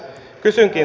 kysynkin